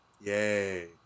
Yay